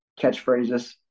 catchphrases